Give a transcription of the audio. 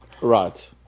Right